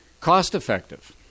Cost-effective